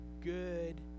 good